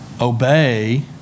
Obey